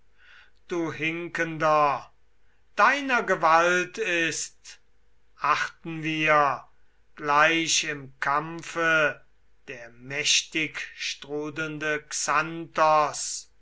du hinkender deiner gewalt ist achten wir gleich im kampfe der mächtig strudelnde